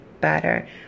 better